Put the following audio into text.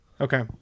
okay